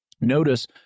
Notice